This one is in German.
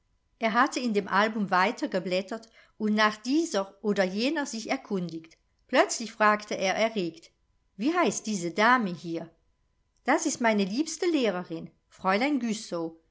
er hatte in dem album weiter geblättert und nach dieser oder jener sich erkundigt plötzlich fragte er erregt wie heißt diese dame hier das ist meine liebste lehrerin fräulein